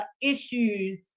issues